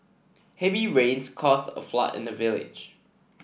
heavy rains caused a flood in the village